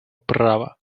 права